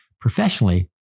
Professionally